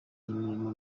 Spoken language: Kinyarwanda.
mirimo